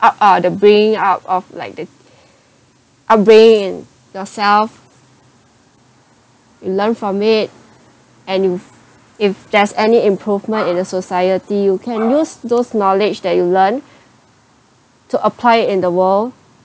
up~ uh the bringing up~ up~ like the upbringing in yourself you learn from it and you f~ if there's any improvement in the society you can use those knowledge that you learn to apply it in the world